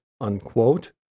unquote